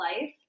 life